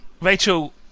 Rachel